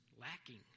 lacking